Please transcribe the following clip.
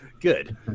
Good